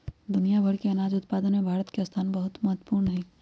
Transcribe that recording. दुनिया भर के अनाज उत्पादन में भारत के स्थान बहुत महत्वपूर्ण हई